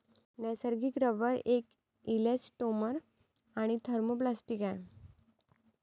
नैसर्गिक रबर एक इलॅस्टोमर आणि थर्मोप्लास्टिक आहे